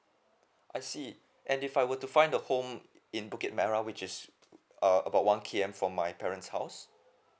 I see and if I were to find a home in bukit merah which is uh about one K_M from my parents house